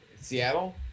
Seattle